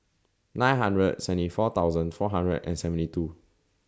nine hundred seventy four thousand four hundred and seventy two